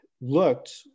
looked